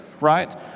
right